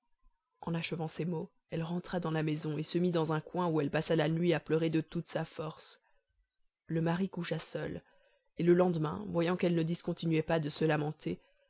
en achevant ces mots elle rentra dans la maison et se mit dans un coin où elle passa la nuit à pleurer de toute sa force le mari coucha seul et le lendemain voyant qu'elle ne discontinuait pas de se lamenter